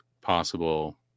possible